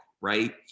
right